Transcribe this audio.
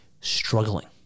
struggling